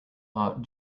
hot